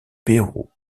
pérou